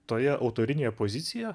toje autorinėje pozicija